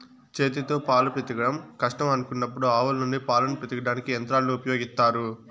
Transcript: చేతితో పాలు పితకడం కష్టం అనుకున్నప్పుడు ఆవుల నుండి పాలను పితకడానికి యంత్రాలను ఉపయోగిత్తారు